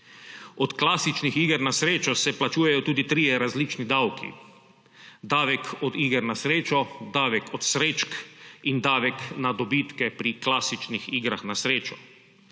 Od klasičnih iger na srečo se plačujejo tudi trije različni davki: davek od iger na srečo, davek od srečk in davek na dobitke pri klasičnih igrah na srečo.